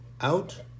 out